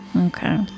okay